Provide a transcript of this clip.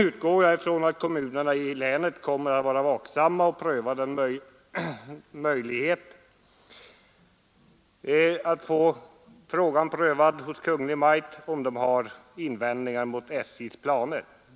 utgår jag ifrån att kommunerna i länet kommer att vara vaksamma och använda sig av den möjlighet som finns att få frågan prövad hos Kungl. Maj:t, om de har invändningar mot SJ:s planer.